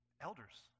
elders